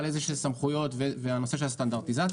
בעניין הסמכויות והסטנדרטיזציה.